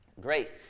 great